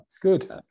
good